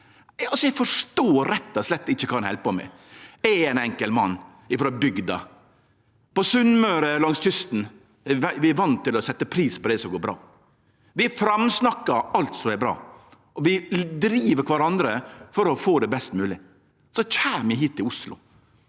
Eg forstår rett og slett ikkje kva ein held på med. Eg er ein enkel mann frå bygda. På Sunnmøre og langs kysten er vi vande med å setje pris på det som går bra. Vi framsnakkar alt som er bra, og vi driv kvarandre for å få det best mogleg. Så kjem eg hit til Oslo.